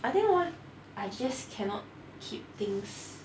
I didn't want I just cannot keep things